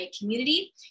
community